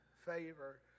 favor